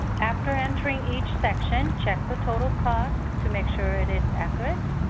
after entering each section, check the total cost to make sure it is accurate.